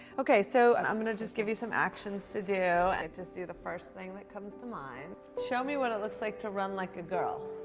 okay, so and i'm just going to just give you some actions to do, and just do the first thing that comes to mind. show me what it looks like to run like a girl.